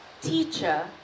teacher